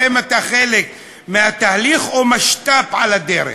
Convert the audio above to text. האם אתה חלק מהתהליך או משת"פ על הדרך?